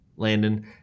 landon